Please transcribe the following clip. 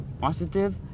positive